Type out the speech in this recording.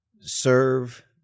Serve